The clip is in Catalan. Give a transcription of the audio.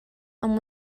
amb